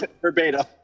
verbatim